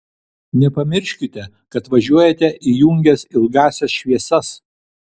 nepamirškite kad važiuojate įjungęs ilgąsias šviesas